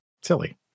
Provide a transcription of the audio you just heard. silly